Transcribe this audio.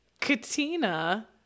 Katina